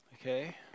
okay